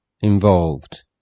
involved